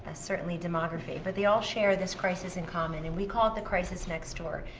ah certainly demography. but they all share this crisis in common, and we call it the crisis next door.